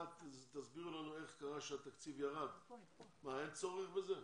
תסביר לנו איך קרה שהתקציב ירד, מה, אין צורך בזה?